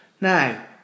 Now